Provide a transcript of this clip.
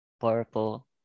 purple